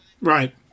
Right